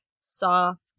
soft